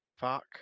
Fuck